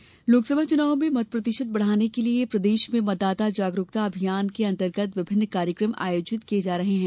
मतदाता जागरूकता लोकसभा चुनाव में मत प्रतिशत बढ़ाने के लिए प्रदेश में मतदाता जागरूकता अभियान के अंतर्गत विभिन्न कार्यक्रम आयोजित किए जा रहे हैं